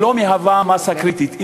היא לא מהווה מאסה קריטית,